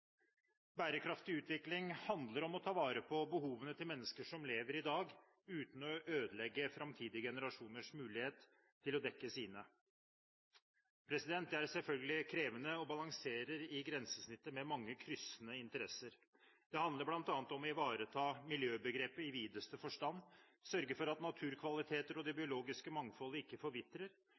Bærekraftig utvikling handler om å ta vare på behovene til mennesker som lever i dag, uten å ødelegge framtidige generasjoners mulighet til å få dekket sine. Dette er selvfølgelig krevende og balanserer i grensesnittet mellom mange kryssende interesser. Det handler bl.a. om å ivareta miljøbegrepet i videste forstand, sørge for at naturkvaliteter og det biologiske mangfoldet ikke forvitrer,